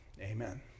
Amen